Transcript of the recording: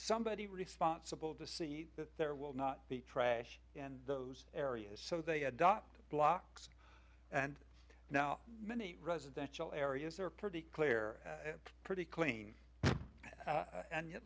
somebody responsible to see that there will not be trash in those areas so they adopted blocks and now many residential areas are pretty clear pretty clean and yet